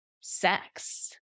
sex